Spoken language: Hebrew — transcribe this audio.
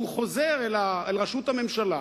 והוא חוזר אל ראשות הממשלה